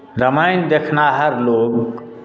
रामायण देखनिहार लोक